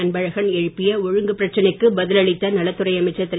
அன்பழகன் எழுப்பிய ஒழுங்கு பிரச்சனைக்கு பதில் அளித்த நலத்துறை அமைச்சர் திரு